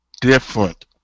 different